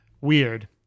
weird